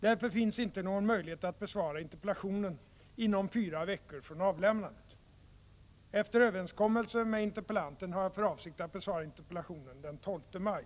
Därför finns det inte någon möjlighet att besvara interpellationen inom fyra veckor från avlämnandet. Efter överenskommelse med interpellanten har jag för avsikt att besvara interpellationen den 12 maj.